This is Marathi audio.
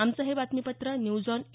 आमचं हे बातमीपत्र न्यूज आॅन ए